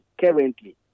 currently